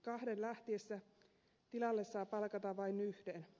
kahden lähtiessä tilalle saa palkata vain yhden